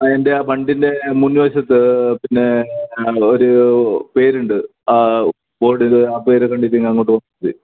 അതിൻ്റെയാ വണ്ടിൻ്റെ മുൻ വശത്ത് പിന്നെ ആ ഒരു പേരുണ്ട് ആ ബോർഡിൽ ആ പേര് കണ്ടിട്ട് ഞാൻ അങ്ങോട്ട് ബ്